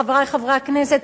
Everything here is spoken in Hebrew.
חברי חברי הכנסת.